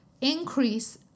increase